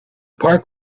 park